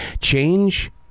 Change